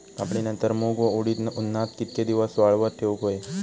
कापणीनंतर मूग व उडीद उन्हात कितके दिवस वाळवत ठेवूक व्हये?